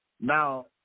Now